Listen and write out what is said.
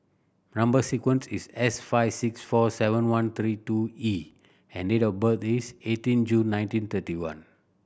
number sequence is S five six four seven one three two E and date of birth is eighteen June nineteen thirty one